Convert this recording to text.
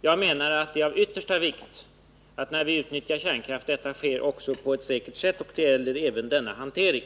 Jag menar att det är av yttersta vikt att utnyttjandet av kärnkraft sker på ett säkert sätt, och det gäller även för denna hantering.